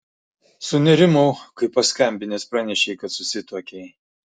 sunerimau kai paskambinęs pranešei kad susituokei